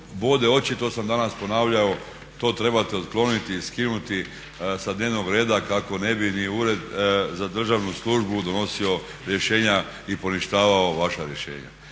bode oči i to sam danas ponavljao, to trebate otkloniti i skinuti sa dnevnog reda kako ne bi ni Ured za državnu službu donosio rješenja i poništavao vaša rješenja.